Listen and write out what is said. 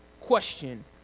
question